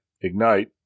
Ignite